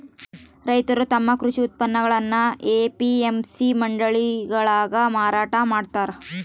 ರೈತರು ತಮ್ಮ ಕೃಷಿ ಉತ್ಪನ್ನಗುಳ್ನ ಎ.ಪಿ.ಎಂ.ಸಿ ಮಂಡಿಗಳಾಗ ಮಾರಾಟ ಮಾಡ್ತಾರ